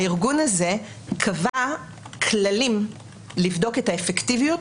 הארגון הזה קבע כללים לבדוק את האפקטיביות